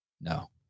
No